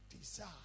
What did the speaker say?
desire